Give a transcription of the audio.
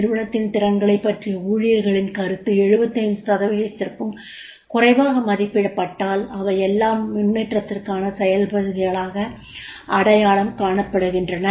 நிறுவனத்தின் திறன்களைப் பற்றிய ஊழியர்களின் கருத்து 75 சதவிகிதத்திற்கும் குறைவாக மதிப்பிடப்பட்டால் அவையெல்லாம் முன்னேற்றத்திற்கான செயல் பகுதிகளாக அடையாளம் காணப்படுகின்றன